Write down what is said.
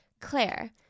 Claire